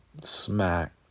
smack